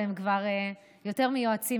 והם כבר יותר מיועצים,